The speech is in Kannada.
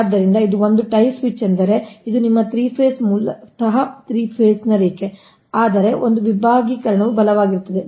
ಆದ್ದರಿಂದ ಇದು ಒಂದು ಇದು ಟೈ ಸ್ವಿಚ್ ಎಂದರೆ ಇದು ನಿಮ್ಮ 3 ಫೇಸ್ ಮೂಲತಃ 3 ಫೇಸ್ನ ರೇಖೆ ಆದರೆ ಒಂದು ವಿಭಾಗೀಕರಣವು ಬಲವಾಗಿರುತ್ತದೆ